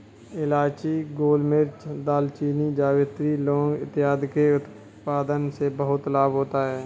इलायची, गोलमिर्च, दालचीनी, जावित्री, लौंग इत्यादि के उत्पादन से बहुत लाभ होता है